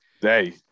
Hey